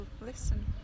listen